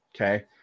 Okay